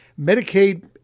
Medicaid